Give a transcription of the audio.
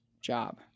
job